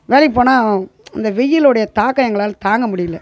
வேலைக்கு போனால் அந்த வெயிலுடைய தாக்கம் எங்களால் தாங்க முடியலை